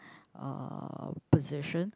uh position